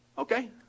Okay